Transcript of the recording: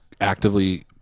actively